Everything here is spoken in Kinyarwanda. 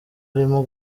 arimo